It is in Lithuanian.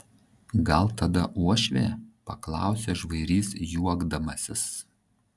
gal tada uošvė paklausė žvairys juokdamasis